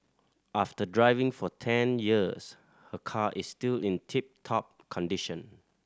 after driving for ten years her car is still in tip top condition